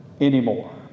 anymore